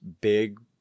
big